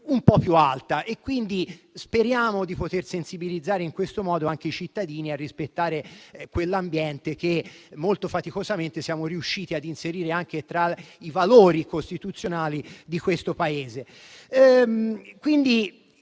un po' più alta. Speriamo di poter sensibilizzare in questo modo anche i cittadini a rispettare quell'ambiente che molto faticosamente siamo riusciti ad inserire anche tra i valori costituzionali di questo Paese.